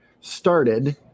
started